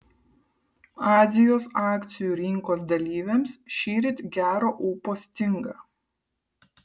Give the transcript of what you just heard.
azijos akcijų rinkos dalyviams šįryt gero ūpo stinga